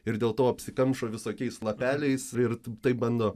ir dėl to apsikamšo visokiais lapeliais ir taip bando